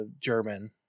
German